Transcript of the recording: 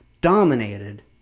dominated